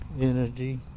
energy